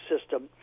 system